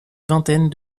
vingtaine